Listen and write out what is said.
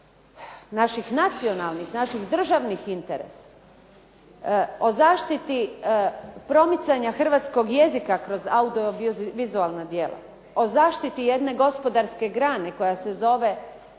naših nacionalnih, naših državnih interesa, o zaštiti promicanja hrvatskog jezika kroz audiovizualna djela, o zaštiti jedne gospodarske grane koja se zove produkcija,